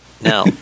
Now